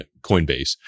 Coinbase